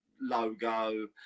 logo